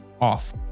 off